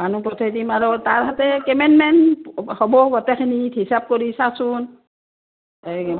মানুহ পঠাই দিম আৰু তাৰহাতে কেমেনমেন হ'ব গটেইখিনিত হিচাপ কৰি চাচোন